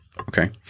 Okay